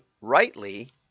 rightly